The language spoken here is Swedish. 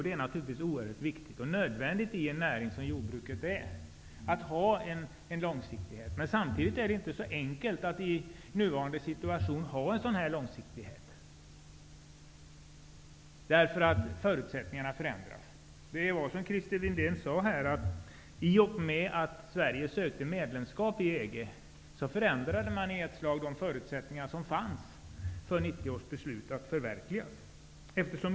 Det är naturligtvis oerhört viktigt och nödvändigt i en näring som jordbruket att ha en långsiktighet. Samtidigt är det inte så enkelt att i nuvarande situation ha en sådan här långsiktighet, därför att förutsättningarna förändras. I och med att Sverige sökte medlemskap i EG förändrades, som Christer Windén sade, i ett slag förutsättningarna för att förverkliga 1990 års beslut.